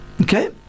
Okay